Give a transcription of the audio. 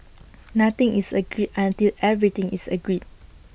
nothing is agreed until everything is agreed